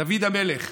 דוד המלך,